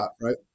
right